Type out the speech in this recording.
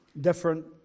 different